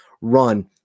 run